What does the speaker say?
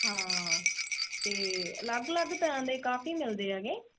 ਹਾਂ ਅਤੇ ਅਲੱਗ ਅਲੱਗ ਤਰ੍ਹਾਂ ਦੇ ਕਾਫ਼ੀ ਮਿਲਦੇ ਹੈਗੇ